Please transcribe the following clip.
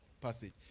passage